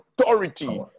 authority